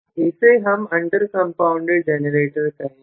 इसे हम under compounded generator कहेंगे